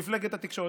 מפלגת התקשורת.